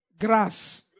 Grass